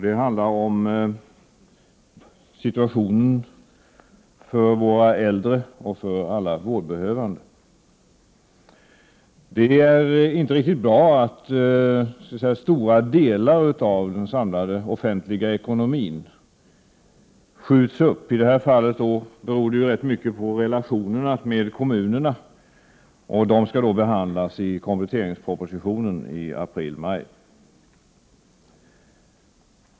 Det handlar om situationen för våra äldre och för alla vårdbehövande. Det är inte riktigt bra att stora delar av den samlade offentliga ekonomin skjuts upp. I detta fall beror det mycket på relationerna med kommunerna, och den saken skall behandlas i kompletteringspropositionen i april-maj.